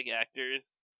actors